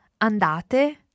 Andate